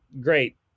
great